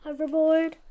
hoverboard